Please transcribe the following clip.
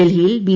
ഡൽഹിയിൽ ബി